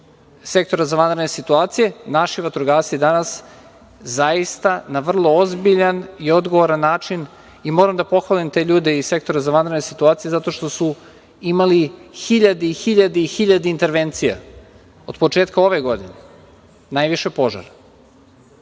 Sektora za vanredne situacije. Naši vatrogasci danas rade zaista na vrlo ozbiljan i odgovoran način. Moram da pohvalim te ljude iz Sektora za vanredne situacije zato što su imali hiljade i hiljade intervencija. Od početka ove godine najviše požara.